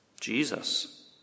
Jesus